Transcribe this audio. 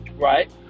Right